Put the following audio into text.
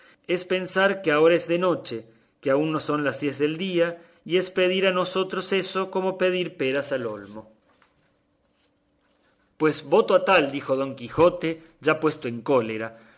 es pensar que es ahora de noche que aún no son las diez del día y es pedir a nosotros eso como pedir peras al olmo pues voto a tal dijo don quijote ya puesto en cólera